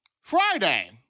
Friday